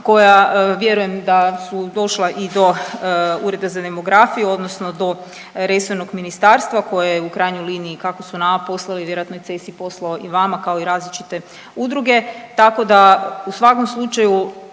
koja vjerujem da su došla i do ureda za demografiju odnosno do resornog ministarstva koje je u krajnjoj liniji kako su nama poslali, vjerojatno je i CES i poslao i vama kao i različite udruge, tako da u svakom slučaju